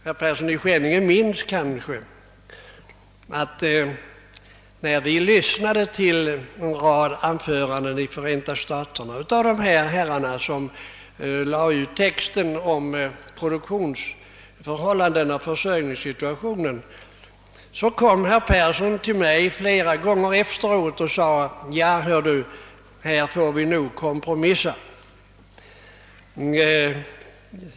Herr Persson i Skänninge minns kanske att när vi i Förenta staterna lyssnade till en rad herrar som lade ut texten om produktionsförhållandena och försörjningssituationen, så sade herr Persson i Skänninge flera gånger till mig: Ja, hör du, här får vi nog kompromissa.